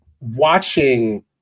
watching